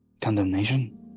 condemnation